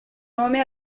nome